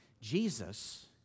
Jesus